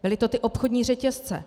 Byly to ty obchodní řetězce.